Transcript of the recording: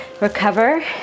Recover